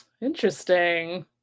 interesting